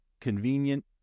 convenient